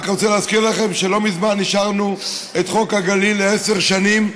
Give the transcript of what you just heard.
אני רק רוצה להזכיר לכם שלא מזמן אישרנו את חוק הגליל לעשר שנים,